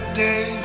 day